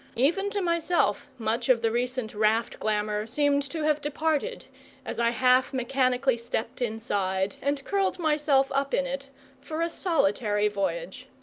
even to myself much of the recent raft-glamour seemed to have departed as i half-mechanically stepped inside and curled myself up in it for a solitary voyage.